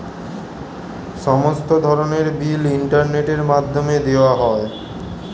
সমস্ত ধরনের বিল ইন্টারনেটের মাধ্যমে দেওয়া যায়